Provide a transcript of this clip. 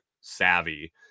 savvy